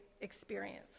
experience